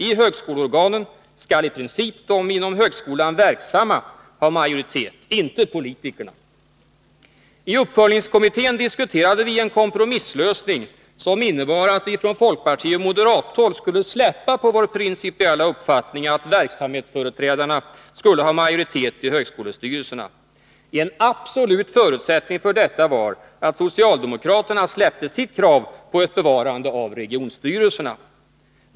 I högskoleorganen skall i princip de inom högskolan verksamma ha majoritet — inte politikerna. I uppföljningskommittén diskuterade vi en kompromisslösning, som innebar att vi från folkpartioch moderathåll skulle släppa på vår principiella uppfattning, att verksamhetsföreträdarna skulle ha majoritet i högskolestyrelserna. En absolut förutsättning för detta var att socialdemokraterna släppte sitt krav på ett bevarande av regionstyrelserna.